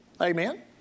Amen